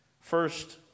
First